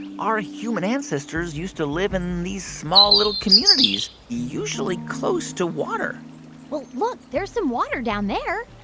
our human ancestors used to live in these small, little communities, usually close to water well, look there's some water down there